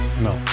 No